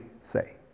say